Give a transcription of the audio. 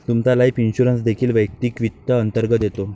तुमचा life insurance देखील वैयक्तिक वित्त अंतर्गत येतो